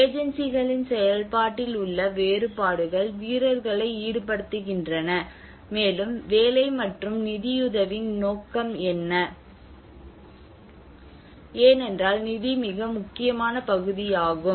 ஏஜென்சிகளின் செயல்பாட்டில் உள்ள வேறுபாடுகள் வீரர்களை ஈடுபடுத்துகின்றன மேலும் வேலை மற்றும் நிதியுதவியின் நோக்கம் என்ன ஏனென்றால் நிதி மிக முக்கியமான பகுதியாகும்